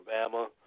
Alabama